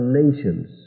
nations